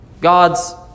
God's